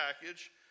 package